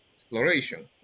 exploration